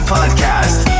Podcast